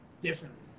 differently